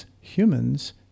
humans